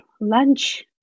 lunch